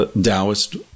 Taoist